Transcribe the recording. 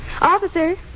Officer